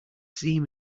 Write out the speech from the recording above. seam